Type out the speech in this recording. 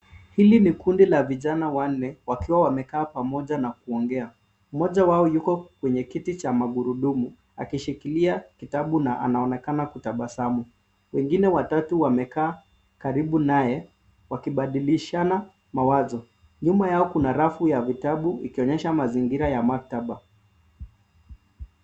Hili ni kundi la vijana wanne wakiwa wamekaa pamoja na kuongea. Mmoja wao yuko kwenye kiti cha magurudumu akishikilia kitabu na anaonekana kutabasamu. Wengine watatu wamekaa karibu naye wakibadilishana mawazo. Nyuma yao kuna rafu vitabu ikionyesha mazingira ya maktaba.